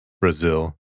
Brazil